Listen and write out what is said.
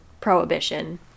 prohibition